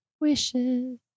Wishes